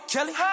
Kelly